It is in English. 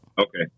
Okay